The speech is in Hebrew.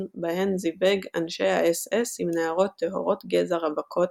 בהן זיווג אנשי האס אס עם נערות "טהורות גזע" רווקות,